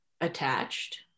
attached